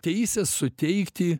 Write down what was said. teises suteikti